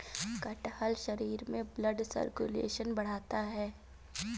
कटहल शरीर में ब्लड सर्कुलेशन बढ़ाता है